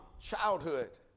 childhood